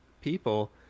people